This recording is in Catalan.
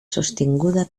sostinguda